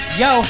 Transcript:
yo